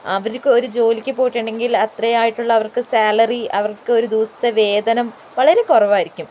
അവർക്ക് ഒരു ജോലിയ്ക്ക് പോയിട്ടുണ്ടെങ്കിൽ അത്രയായിട്ടുള്ള അവർക്ക് സാലറി അവർക്ക് ഒരു ദിവസത്തെ വേതനം വളരെ കുറവായിരിക്കും